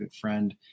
friend